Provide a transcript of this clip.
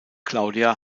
claudia